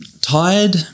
tired